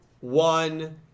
One